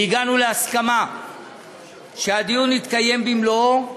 והגענו להסכמה שהדיון יתקיים במלואו,